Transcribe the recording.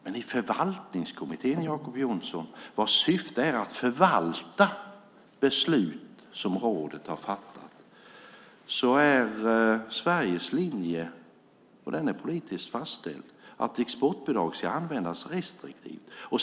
Men i förvaltningskommittén, Jacob Johnson, vars syfte är att förvalta beslut som rådet har fattat, är Sveriges linje - och den är politiskt fastställd - att exportbidrag ska användas restriktivt.